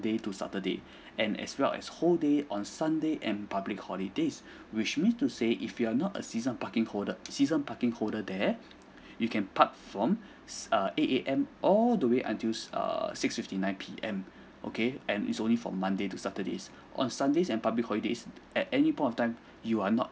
monday to saturday and as well as whole day on sunday and public holidays which means to say if you're not a season parking holder season parking holder there you can park from err eight A_M all the way until err six fifty nine P_M okay and it's only for monday to saturdays on sundays and public holidays at any point of time you are not